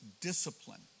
discipline